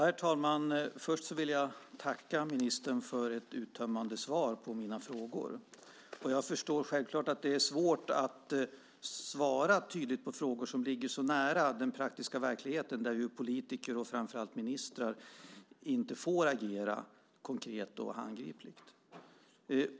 Herr talman! Först vill jag tacka ministern för ett uttömmande svar på mina frågor. Jag förstår självklart att det är svårt att svara tydligt på frågor som ligger så nära den praktiska verkligheten där ju politiker, och framför allt ministrar, inte får agera konkret och handgripligt.